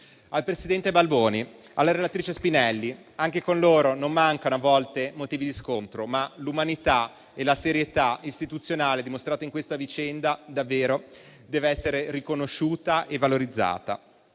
Al presidente Balboni e alla relatrice Spinelli: anche con loro non mancano a volte motivi di scontro, ma l'umanità e la serietà istituzionale dimostrate in questa vicenda devono essere riconosciute e valorizzate.